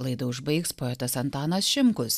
laidą užbaigs poetas antanas šimkus